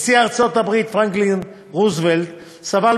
נשיא ארצות-הברית פרנקלין רוזוולט סבל